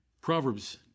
Proverbs